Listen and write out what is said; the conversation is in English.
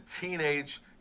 teenage